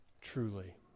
Truly